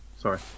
sorry